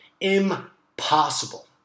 impossible